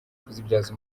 kuzibyaza